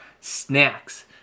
snacks